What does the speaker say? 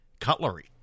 cutlery